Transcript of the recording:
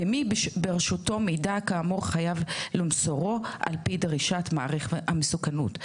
ומי שברשותו מידע כאמור חייב למוסרו על פי דרישת מעריך המסוכנות: